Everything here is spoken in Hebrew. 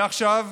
עכשיו,